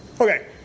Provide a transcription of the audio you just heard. Okay